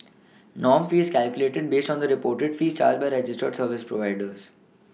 norm fee is calculated based on the reported fees charged by registered service providers